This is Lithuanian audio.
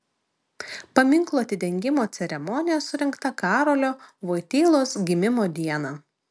paminklo atidengimo ceremonija surengta karolio voitylos gimimo dieną